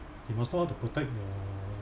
he must know how to protect the